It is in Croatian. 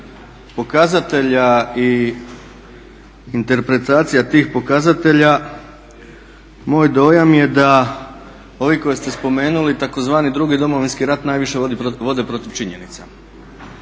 pokazatelja i interpretacija tih pokazatelja, moj dojam je da ovi koje ste spomenuli tzv. drugi domovinski rat najviše vode protiv činjenica.